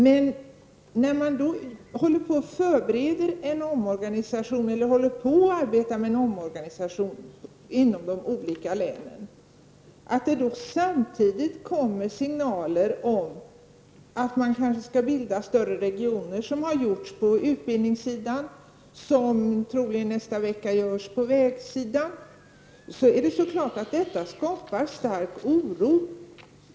Men samtidigt som man arbetar på en omorganisation inom de olika länen kommer det signaler t.ex. om att större regioner kanske skall bildas -- så har det varit på utbildningssidan, och så blir troligen också på vägsidan nästa vecka -- och det framkallar självfallet stark oro.